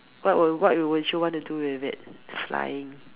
what will what would you want to do with it flying